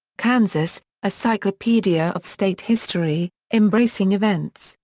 kansas a cyclopedia of state history, embracing events,